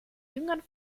jüngern